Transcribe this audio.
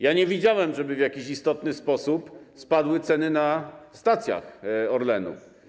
Ja nie widziałem, żeby w jakiś istotny sposób spadły ceny na stacjach Orlenu.